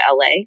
LA